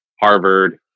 Harvard